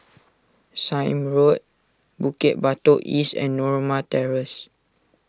Sime Road Bukit Batok East and Norma Terrace